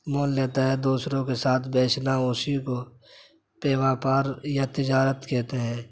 مول لیتا ہے دوسروں کے ساتھ بیچنا اسی کو بیوپار یا تجارت کہتے ہیں